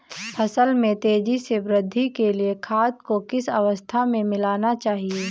फसल में तेज़ी से वृद्धि के लिए खाद को किस अवस्था में मिलाना चाहिए?